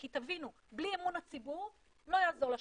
כי תבינו, בלי אמון הציבור, לא יעזור לשב"כ.